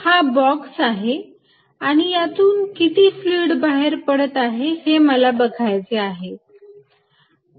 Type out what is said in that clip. हा बॉक्स आहे आणि यातून किती फ्लुईड बाहेर पडते हे मला बघायचे आहे